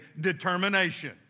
determination